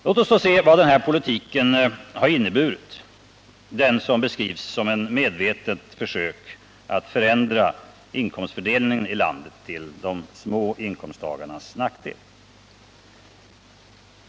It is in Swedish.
Låt oss då se vad den här politiken har inneburit, den som beskrivs som ett medvetet försök att förändra inkomstfördelningen i landet till de små inkomsttagarnas nackdel.